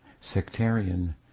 sectarian